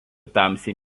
tamsiai